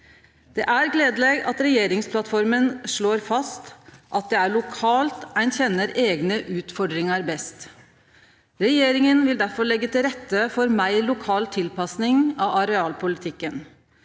Det er gledeleg at regjeringsplattforma slår fast at det er lokalt ein kjenner eigne utfordringar best. Regjeringa vil derfor leggje til rette for meir lokal tilpassing av arealpolitikken.